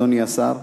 אדוני השר,